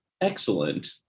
excellent